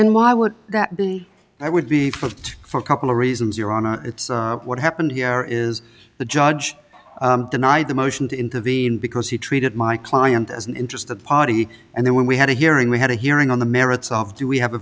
and why would that be that would be for for a couple of reasons your honor it's what happened here is the judge denied the motion to intervene because he treated my client as an interested party and then when we had a hearing we had a hearing on the merits of do we have a